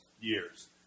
years